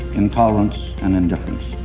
intolerance and indifference.